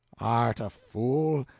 art a fool?